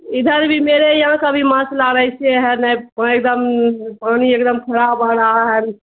ادھر بھی میرے یہاں کا بھی مسئلہ ویسے ہے نے ایک دم پانی ایک دم خراب آ رہا ہے